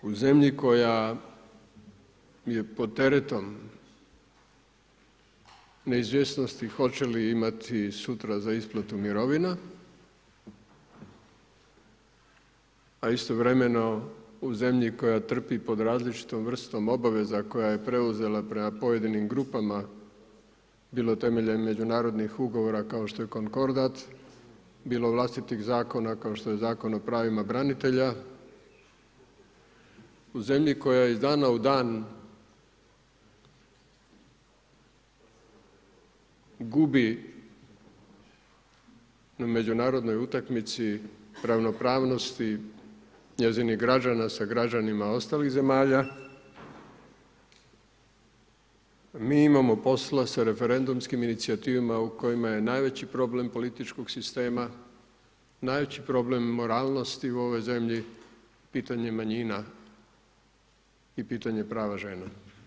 U zemlji koja mi je pod teretom neizvjesnosti hoće li imati sutra za isplatu mirovina a istovremeno u zemlji koja trpi pod različitom vrstom obaveza koja je preuzela prema pojedinim grupama bilo temeljem međunarodnih ugovora kao što je Konkordat, bilo vlastitih zakona kao što je Zakon o pravima branitelja, u zemlji koja iz dana u dan gubi na međunarodnoj utakmici ravnopravnosti njezinih građana sa građanima ostalih zemalja mi imamo posla sa referendumskim inicijativama u kojima je najveći problem političkog sistema, najveći problem moralnosti u ovoj zemlji pitanje manjina i pitanje prava žena.